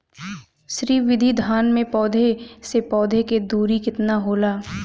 श्री विधि धान में पौधे से पौधे के दुरी केतना होला?